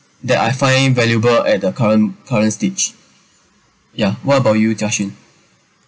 that I find valuable at the current current stage ya what about you Jia Xun